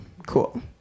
cool